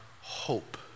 hope